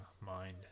mind